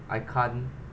I can't